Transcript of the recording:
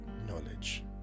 knowledge